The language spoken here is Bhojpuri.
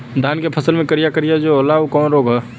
धान के फसल मे करिया करिया जो होला ऊ कवन रोग ह?